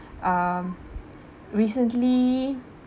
um recently